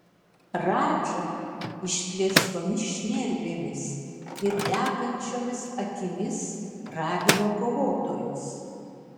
radža išplėstomis šnervėmis ir degančiomis akimis ragino kovotojus